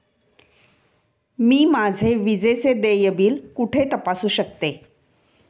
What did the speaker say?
मी माझे विजेचे देय बिल कुठे तपासू शकते?